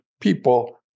people